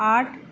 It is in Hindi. आठ